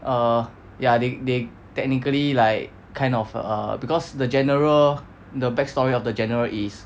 err ya they they technically like kind of err because the general the back story of the general is